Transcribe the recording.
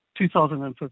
2015